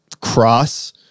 cross